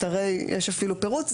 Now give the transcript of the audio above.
יש אפילו פירוט,